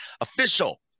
Official